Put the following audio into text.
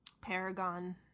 Paragon